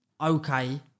okay